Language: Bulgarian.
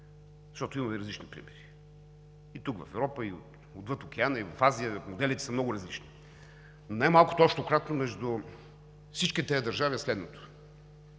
защото имаме различни примери и тук в Европа, и отвъд Океана, и в Азия – моделите са много различни, но най-малкото общо кратно между всички тези държави е следното: